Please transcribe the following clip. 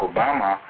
Obama